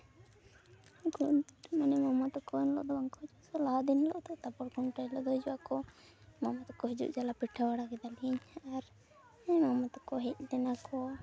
ᱩᱱᱠᱩ ᱢᱟᱱᱮ ᱢᱟᱢᱟ ᱛᱟᱠᱚ ᱮᱱ ᱦᱤᱞᱳᱜ ᱫᱚ ᱩᱱᱠᱩ ᱥᱮ ᱞᱟᱦᱟ ᱫᱤᱱ ᱦᱤᱞᱳᱜ ᱫᱚ ᱛᱟᱯᱚᱨ ᱠᱷᱩᱱᱴᱟᱹᱣ ᱦᱤᱞᱳᱜ ᱫᱚ ᱦᱤᱡᱩᱜᱼᱟᱠᱚ ᱢᱟᱢᱚ ᱛᱟᱠᱚ ᱦᱤᱡᱩᱜ ᱡᱟᱞᱟ ᱯᱤᱴᱷᱟᱹ ᱵᱟᱲᱟ ᱠᱮᱫᱟᱞᱤᱧ ᱟᱨ ᱢᱟᱢᱚ ᱛᱟᱠᱚ ᱦᱮᱡ ᱞᱮᱱᱟ ᱠᱚ